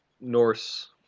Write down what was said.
Norse